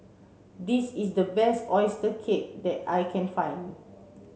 this is the best oyster cake that I can find